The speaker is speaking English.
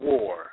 War